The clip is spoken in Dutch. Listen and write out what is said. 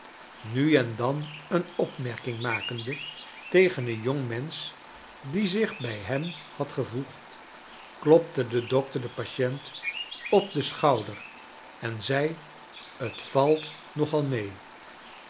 nu en dan een opmerking makenj de tegen een jongmensch die zieh bij hern had gevoegd klopte de doki ter den patient op den schouder en zei t vait nog al mee